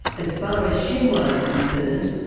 as far as shenhua is concerned,